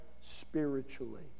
spiritually